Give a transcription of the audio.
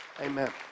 Amen